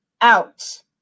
out